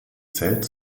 zählt